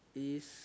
is